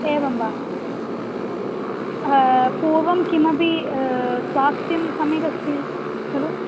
एवं वा पूर्वं किमपि स्वास्थ्यं सम्यगस्ति खलु